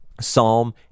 Psalm